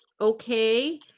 okay